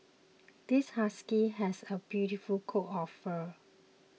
this husky has a beautiful coat of fur